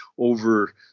over